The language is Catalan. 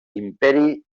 imperi